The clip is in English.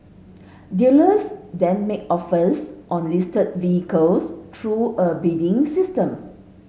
dealers then make offers on listed vehicles through a bidding system